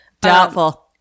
Doubtful